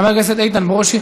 חבר הכנסת איתן ברושי